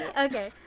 Okay